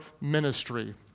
ministry